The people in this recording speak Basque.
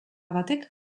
batek